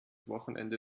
wochenende